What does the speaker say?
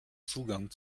zugang